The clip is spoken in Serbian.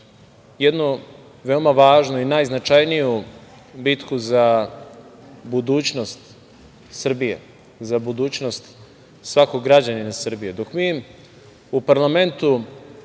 jednu veoma važnu i najznačajniju bitku za budućnost Srbije, za budućnost svakog građanina Srbije, dok mi u parlamentu